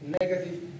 negative